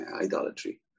idolatry